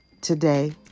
Today